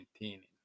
maintaining